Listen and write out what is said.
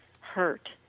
hurt